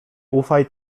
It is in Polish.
ufaj